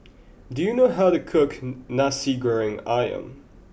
do you know how to cook Nasi Goreng Ayam